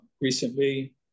Recently